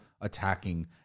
attacking